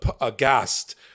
aghast